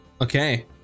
Okay